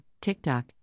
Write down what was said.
TikTok